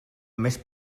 més